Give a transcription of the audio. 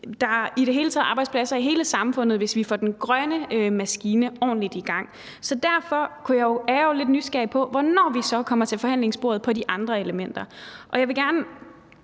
Der er i det hele taget arbejdspladser i hele samfundet, hvis vi får den grønne maskine ordentligt i gang. Så derfor er jeg lidt nysgerrig på at høre, hvornår vi så kommer til forhandlingsbordet, hvad angår de andre elementer. Jeg vil også